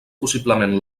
possiblement